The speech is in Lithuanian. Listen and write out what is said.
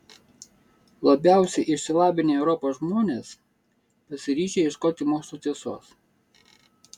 labiausiai išsilavinę europos žmonės pasiryžę ieškoti mokslo tiesos